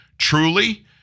Truly